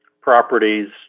properties